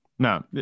No